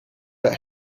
that